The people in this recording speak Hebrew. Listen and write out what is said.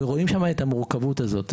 ורואים שם את המורכבות הזאת.